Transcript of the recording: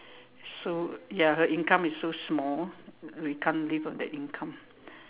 so ya her income is so small we can't live on that income